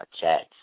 chats